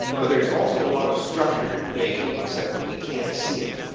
but there's also a lot of structured information, except that we can't see it,